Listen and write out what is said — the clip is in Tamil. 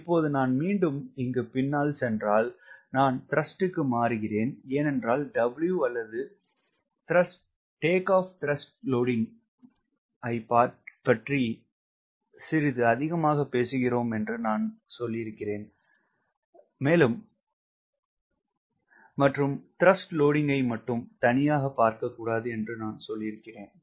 இப்போது நான் மீண்டும் இங்கு பின்னால் சென்றால் நான் த்ரஸ்ட் க்கு மாறுகிறேன் ஏனென்றால் W அல்லது ஐப் பற்றி சிறிது அதிகமா பேசுகிறோம் என்று நான் சொல்லியிருக்கிறேன் மேலும் மற்றும் TW ஐ மட்டும் தனியாக பார்க்க கூடாது என்று நான் சொல்லியிருக்கிறேன்